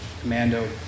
commando